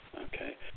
Okay